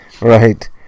Right